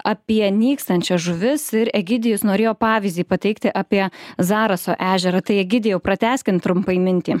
apie nykstančias žuvis ir egidijus norėjo pavyzdį pateikti apie zaraso ežero tai egidijau pratęskim trumpai mintį